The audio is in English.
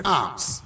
arms